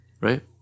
Right